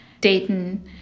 Dayton